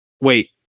wait